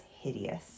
hideous